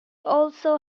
also